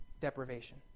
deprivation